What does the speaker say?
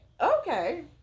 Okay